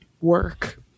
work